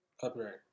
copyright